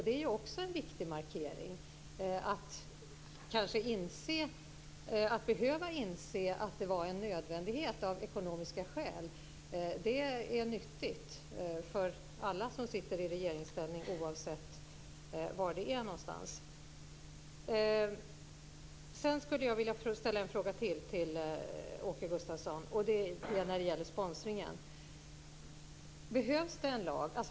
Det är också en viktig markering, att behöva inse att det var en nödvändighet av ekonomiska skäl. Det är nyttigt för alla som sitter i regeringsställning, oavsett var det är. Sedan skulle jag vilja ställa ytterligare en fråga till Åke Gustavsson, och det gäller sponsringen. Behövs det en lag?